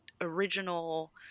original